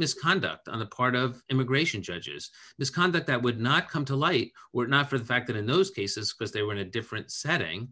misconduct on the part of immigration judges misconduct that would not come to light were not for the fact that in those cases because they were in a different setting